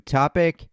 topic